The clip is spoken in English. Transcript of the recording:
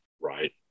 right